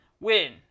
win